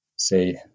say